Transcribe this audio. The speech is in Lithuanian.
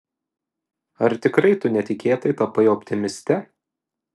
ar tikrai tu netikėtai tapai optimiste